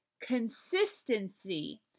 Consistency